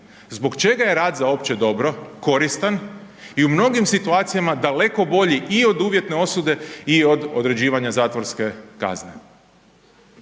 zbog čega je rad za opće dobro koristan i u mnogim situacijama daleko bolji i od uvjetne osude i od određivanja zatvorske kazne.